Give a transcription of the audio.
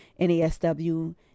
NASW